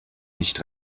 nicht